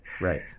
Right